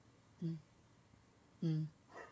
mm mm